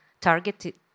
targeted